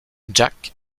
jack